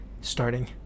starting